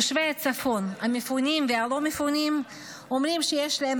תושבי הצפון המפונים והלא-מפונים אומרים שיש להם